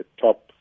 top